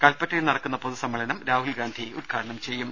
കല്പറ്റയിൽ നടക്കുന്ന പൊതുസമ്മേളനം രാഹുൽഗാന്ധി ഉദ്ഘാടനം ചെയ്യും